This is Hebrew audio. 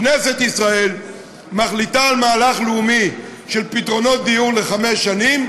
כנסת ישראל מחליטה על מהלך לאומי של פתרונות דיור לחמש שנים,